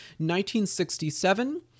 1967